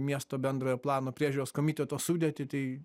miesto bendrojo plano priežiūros komiteto sudėtį tai